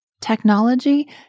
technology